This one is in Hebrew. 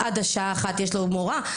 גם שם יש לו מורה,